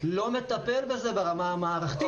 לא מטפל בזה ברמה המערכתית.